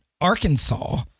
Arkansas